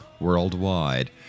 worldwide